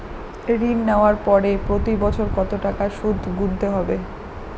ঋণ নেওয়ার পরে প্রতি বছর কত টাকা সুদ গুনতে হবে?